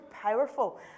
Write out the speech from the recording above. powerful